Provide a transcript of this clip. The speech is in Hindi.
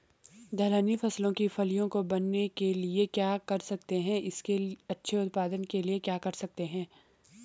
दलहनी फसलों की फलियों को बनने के लिए क्या कर सकते हैं इसके अच्छे उत्पादन के लिए क्या कर सकते हैं?